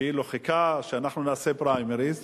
כאילו חיכה שאנחנו נעשה פריימריז,